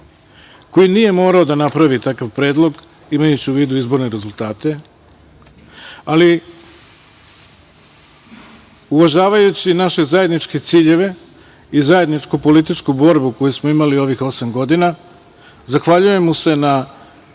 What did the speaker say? koji nije morao da napravi takav predlog, imajući u vidu izborne rezultate, ali uvažavajući naše zajedničke ciljeve i zajedničku političku borbu koju smo imali ovih osam godina, zahvaljujem mu se na